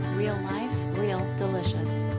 real life, real delicious.